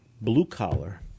blue-collar